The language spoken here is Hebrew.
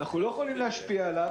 אנחנו לא יכולים להשפיע עליו,